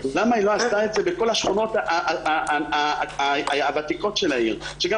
למה היא לא עשתה את זה בכל השכונות הוותיקות של העיר שגם